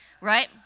right